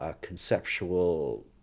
conceptual